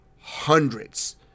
Hundreds